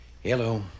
Hello